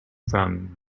from